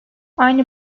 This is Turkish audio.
aynı